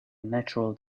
natural